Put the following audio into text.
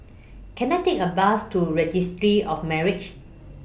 Can I Take A Bus to Registry of Marriages